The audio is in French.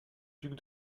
duc